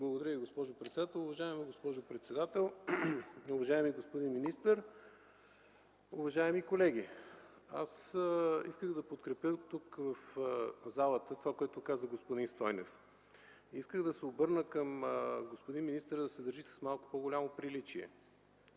Благодаря Ви, госпожо председател. Уважаема госпожо председател, уважаеми господин министър, уважаеми колеги! Аз исках да подкрепя в залата това, което каза господин Стойнев. Исках да се обърна към господин министъра да се държи с малко по-голямо приличие.